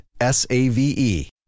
S-A-V-E